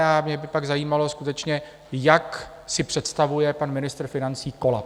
A mě by pak zajímalo skutečně, jak si představuje pan ministr financí kolaps.